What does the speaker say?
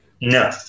No